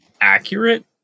accurate